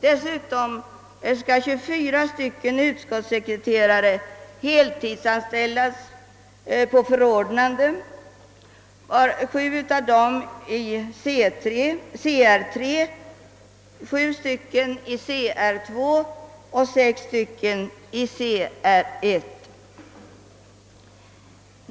Dessutom skall 24 utskottssekreterare heltidsanställas på förordnande, sju av dem i lönegrad Cr 3, sju i Cr 2 och sex i Cr 1.